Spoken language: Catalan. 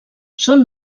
són